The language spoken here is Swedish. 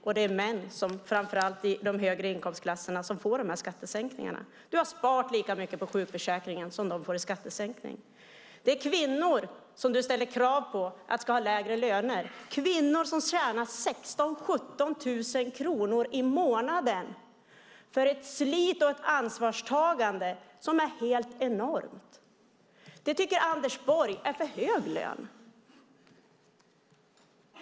Och det är män framför allt i de högre inkomstklasserna som får skattesänkningarna. Du har sparat lika mycket på sjukförsäkringen som de får i skattesänkning. Det är kvinnor som du ställer krav på ska ha lägre löner, kvinnor som tjänar 16 000-17 000 kronor i månaden för ett slit och ett ansvarstagande som är helt enormt. Det tycker Anders Borg är för hög lön.